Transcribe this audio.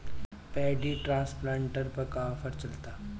Paddy transplanter पर का offer चलता?